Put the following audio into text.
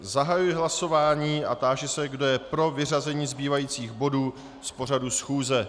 Zahajuji hlasování a táži se, kdo je pro vyřazení zbývajících bodů z pořadu schůze.